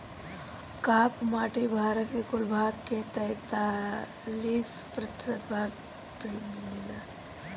काप माटी भारत के कुल भाग के तैंतालीस प्रतिशत भाग पे मिलेला